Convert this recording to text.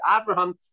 Abraham